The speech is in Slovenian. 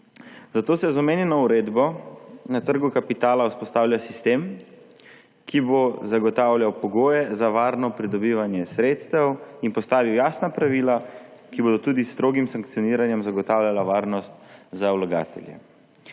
Zato se z omenjeno uredbo na trgu kapitala vzpostavlja sistem, ki bo zagotavljal pogoje za varno pridobivanje sredstev in postavil jasna pravila, ki bodo tudi s strogim sankcioniranjem zagotavljala varnost za vlagatelje.